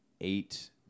eight